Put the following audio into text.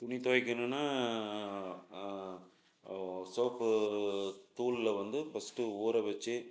துணி துவைக்கணும்ன்னா சோப்புத்தூளில் வந்து ஃபஸ்ட்டு ஊற வெச்சு